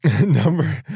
Number